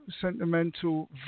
Sentimental